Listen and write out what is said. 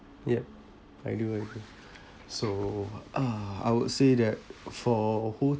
yup I do I do so uh I would say that for